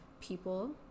people